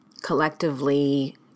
collectively